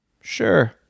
Sure